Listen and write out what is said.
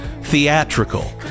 theatrical